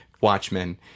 Watchmen